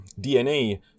DNA